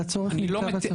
אז הצורך נמצא בצפון.